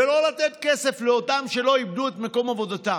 ולא לתת כסף לאלה שלא איבדו את מקום עבודתם,